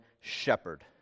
shepherd